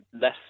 less